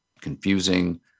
confusing